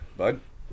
bud